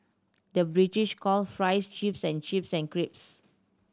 the British call fries chips and chips and crisps